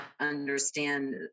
understand